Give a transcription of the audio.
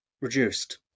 reduced